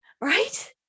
Right